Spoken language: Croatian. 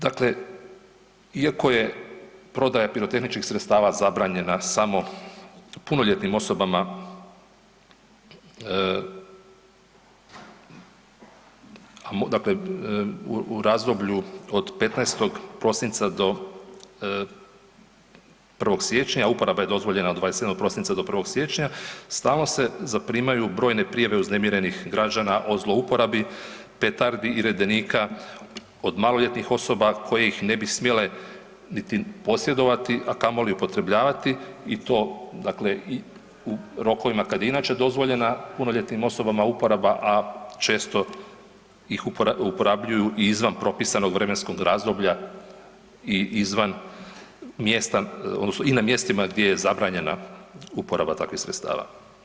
Dakle, iako je prodaja pirotehničkih sredstava zabranjena samo punoljetnim osobama, dakle u razdoblju od 15. prosinca do 1. siječnja, uporaba je dozvoljena od 27. prosinca do 1. siječnja, stalno se zaprimaju brojne prijave uznemirenih građana o zlouporabi petardi i redenika od maloljetnih osoba kojih ne bi smjele niti posjedovati, a kamoli upotrebljavati i to dakle u rokovima kad je inače dozvoljena punoljetnim osobama uporaba, a često ih uporabljuju i izvan propisanog vremenskog razdoblja i izvan mjesta odnosno i na mjestima gdje je zabranjena uporaba takvih sredstava.